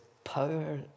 power